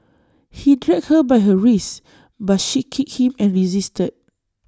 he dragged her by her wrists but she kicked him and resisted